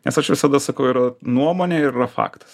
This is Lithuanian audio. nes aš visada sakau yra nuomonė ir yra faktas